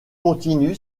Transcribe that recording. continue